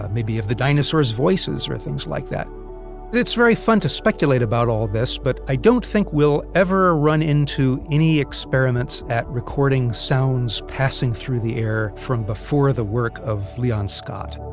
maybe of the dinosaurs voices, or things like that it's very fun to speculate about all of this, but i don't think we'll ever run into any experiments at recording sounds passing through the air from before the work of leon scott